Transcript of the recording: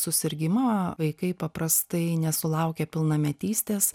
susirgimą vaikai paprastai nesulaukia pilnametystės